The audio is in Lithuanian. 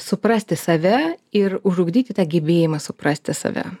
suprasti save ir užugdyti tą gebėjimą suprasti save